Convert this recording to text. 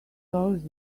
dollars